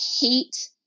hate